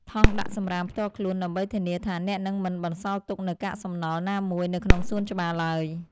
ថង់ដាក់សម្រាមផ្ទាល់ខ្លួន ដើម្បីធានាថាអ្នកនឹងមិនបន្សល់ទុកនូវកាកសំណល់ណាមួយនៅក្នុងសួនច្បារឡើយ។